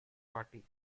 party